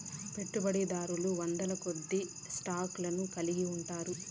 పెట్టుబడిదారులు వందలకొద్దీ స్టాక్ లను కలిగి ఉంటారు